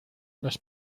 los